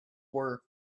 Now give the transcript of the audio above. were